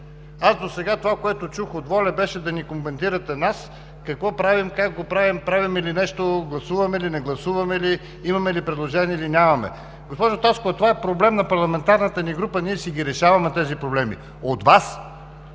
Досега това, което чухме от ВОЛЯ, е да коментирате нас – какво правим, как го правим, правим ли нещо, гласуваме ли, не гласуваме ли, имаме ли предложения, или нямаме. Госпожо Таскова, това е проблем на парламентарната ни група. Ние си решаваме тези проблеми. От Вас,